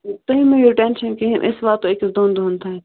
تُہۍ مہٕ ہَٮ۪یِو ٹٮ۪نشَن کِہیٖنۍ أسۍ واتو أکِس دۄن دۄہَن تانۍ